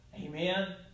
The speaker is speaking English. Amen